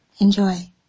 Enjoy